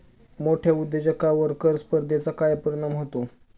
मोठ्या उद्योजकांवर कर स्पर्धेचा काय परिणाम होतो?